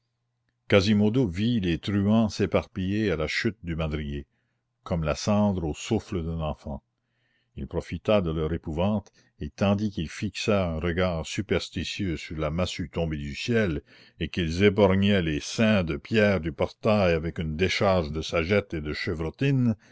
quasimodo vit les truands s'éparpiller à la chute du madrier comme la cendre au souffle d'un enfant il profita de leur épouvante et tandis qu'ils fixaient un regard superstitieux sur la massue tombée du ciel et qu'ils éborgnaient les saints de pierre du portail avec une décharge de sagettes et de chevrotines